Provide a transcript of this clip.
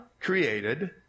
created